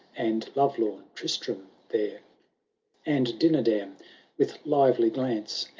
and love-lorn tristrem there and dinadam with lively glance.